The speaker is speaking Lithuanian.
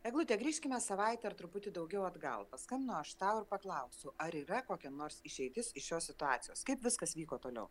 eglute grįžkime savaitę ar truputį daugiau atgal paskambinau aš tau ir paklausiau ar yra kokia nors išeitis iš šios situacijos kaip viskas vyko toliau